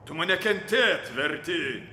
tu mane kentėt verti